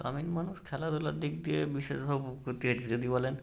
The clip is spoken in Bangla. গ্রামীণ মানুষ খেলাধূলার দিক দিয়ে বিশেষভাবে উপকৃত হয়েছে যদি বলেন